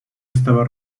estaba